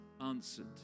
answered